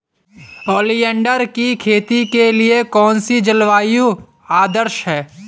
Oleander की खेती के लिए कौन सी जलवायु आदर्श है?